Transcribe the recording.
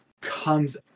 comes